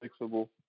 fixable